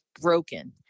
broken